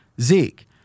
Zeke